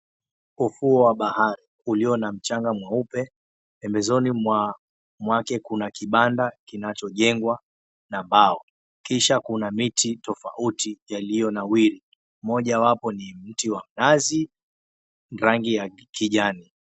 Ufuo wa bahari ulio na mchanga mweupe pembezoni mwake kuna kibanda kinachojengwa na mbao kisha kuna miti tofauti yaliyonawiri, moja wapo ni mti wa mnazi, rangi ya kijani.